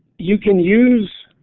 you can use.